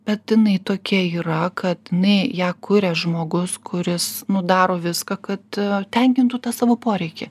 bet jinai tokia yra kad jinai ją kuria žmogus kuris nu daro viską kad tenkintų tą savo poreikį